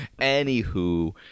Anywho